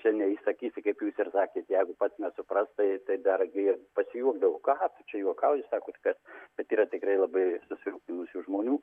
čia neįsakysi kaip jūs ir sakėt jeigu pats nesupras tai tai dargi pasijuokdavau ką tu čia juokauji sakot kad bet yra tikrai labai susirūpinusių žmonių